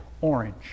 orange